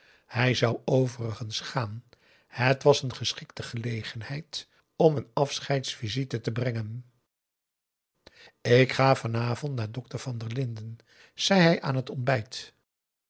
hij zou overigens gaan het was een geschikte gelegenheid om een afscheidsvisite te brengen ik ga van avond naar dokter van der linden zei hij aan het ontbijt